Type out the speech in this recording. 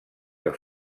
que